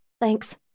Thanks